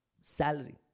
salary